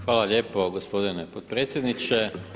Hvala lijepo gospodine potpredsjedniče.